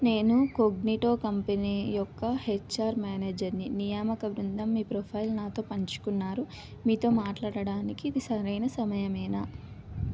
నేను Cognito company యొక్క HR మేనేజర్ని నియామక బృందం మీ ప్రొఫైల్ నాతో పంచుకున్నారు మీతో మాట్లాడడానికి ఇది సరైన సమయమేనా